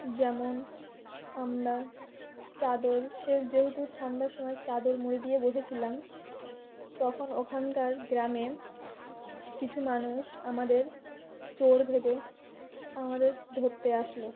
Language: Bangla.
যেমন আমরা চাদর সে যেহেতু ঠান্ডার সময় চাদর মুড়ি দিয়ে বসেছিলাম তখন ওখানকার গ্রামে কিছু মানুষ আমাদের চোর ভেবে আমাদের ধরতে আসলো